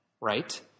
Right